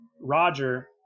Roger